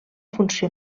funció